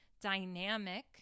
dynamic